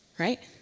right